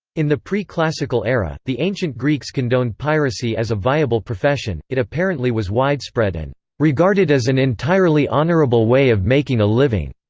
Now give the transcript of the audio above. in the pre-classical era, the ancient greeks condoned piracy as a viable profession it apparently was widespread and regarded as an entirely honourable way of making a living.